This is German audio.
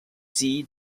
sie